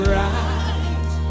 right